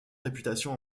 réputation